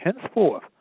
henceforth